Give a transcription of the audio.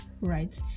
right